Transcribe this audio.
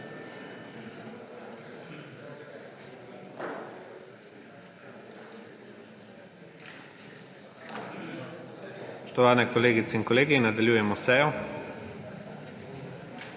Spoštovani kolegice in kolegi, nadaljujemo sejo.